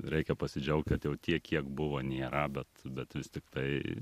reikia pasidžiaugt kad jau tiek kiek buvo nėra bet bet vis tiktai